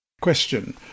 Question